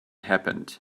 happened